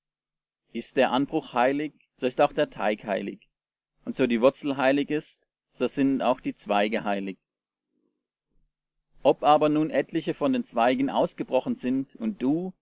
ist der anbruch heilig so ist auch der teig heilig und so die wurzel heilig ist so sind auch die zweige heilig ob aber nun etliche von den zweigen ausgebrochen sind und du